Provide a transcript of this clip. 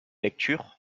lectures